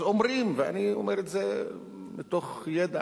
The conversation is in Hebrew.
אז אומרים, ואני אומר את זה מתוך ידע,